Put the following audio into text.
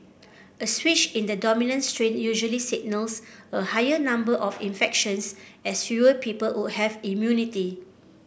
a switch in the dominant strain usually signals a higher number of infections as fewer people would have immunity